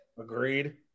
Agreed